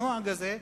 הנוהג הזה,